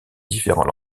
différents